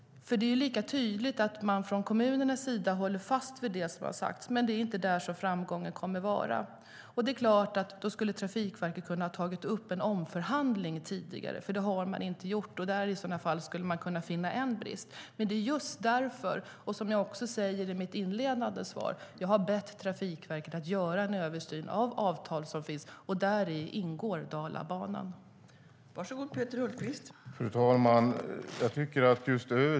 Kommunerna håller fast vi det som har sagts, men det är inte där som framgången kommer att vara. Det är klart att Trafikverket skulle ha kunnat ta upp en omförhandling tidigare, men det har man inte gjort. Däri skulle man kunna finna en brist. Det är just därför jag har bett Trafikverket att göra en översyn av de avtal som finns, och där ingår Dalabanan.